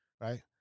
right